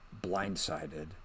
blindsided